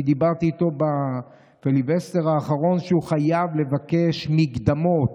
אני אמרתו לו בפיליבסטר האחרון שהוא חייב לבקש מקדמות.